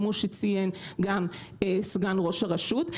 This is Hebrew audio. כמו שציין גם סגן ראש הרשות.